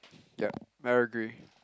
yup I agree